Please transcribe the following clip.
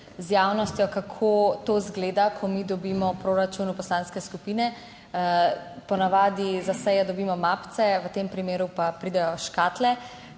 z javnostjo kako to izgleda, ko mi dobimo v proračun v poslanske skupine. Po navadi za seje dobimo mapce, v tem primeru pa pridejo škatle,